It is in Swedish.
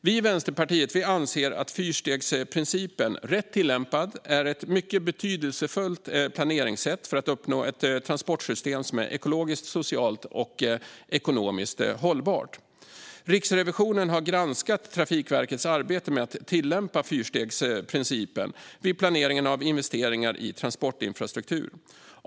Vi i Vänsterpartiet anser att fyrstegsprincipen rätt tillämpad är ett mycket betydelsefullt planeringssätt för att uppnå ett transportsystem som är ekologiskt, socialt och ekonomiskt hållbart. Riksrevisionen har granskat Trafikverkets arbete med att tillämpa fyrstegsprincipen vid planeringen av investeringar i transportinfrastruktur.